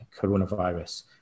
coronavirus